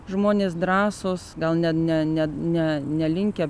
žmonės drąsūs gal ne ne ne ne nelinkę